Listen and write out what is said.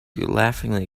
laughingly